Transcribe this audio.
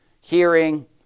Hearing